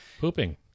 Pooping